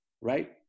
right